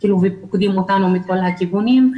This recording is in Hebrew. --- מכל הכיוונים,